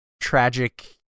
tragic